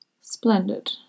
Splendid